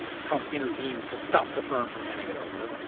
trump intervenes to stop the firm from handing it over.